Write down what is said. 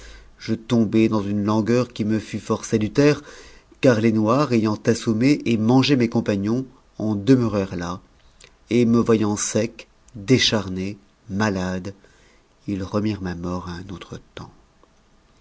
je tombai dans une langueur qui me fut fort salutaire car les noirs ayant assommé et mangé mes compagnons en demeurèrent là et me voyant sec décharné malade ils remirent ma mort un autre temps